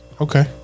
Okay